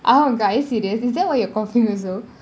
oh are you serious is that why you are coughing also